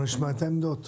בואו נשמע את העמדות.